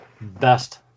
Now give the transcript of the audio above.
best